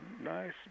nice